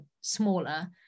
smaller